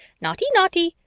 naughty, naughty.